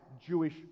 jewish